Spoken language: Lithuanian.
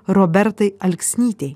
robertai alksnytei